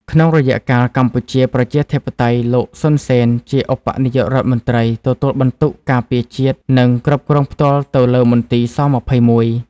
ក្នុងរយៈកាលកម្ពុជាប្រជាធិបតេយ្យ លោក សុន សេន ជាឧបនាយក រដ្ឋមន្ត្រី ទទួលបន្ទុកការពារជាតិនិង គ្រប់គ្រងផ្ទាល់ទៅលើមន្ទីរ ស-២១ ។